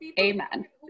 amen